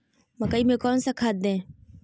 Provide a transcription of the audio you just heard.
मकई में कौन सा खाद दे?